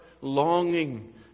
longing